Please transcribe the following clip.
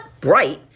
bright